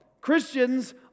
Christians